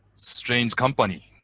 strange company.